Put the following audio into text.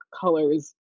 colors